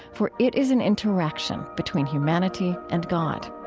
for it is an interaction between humanity and god.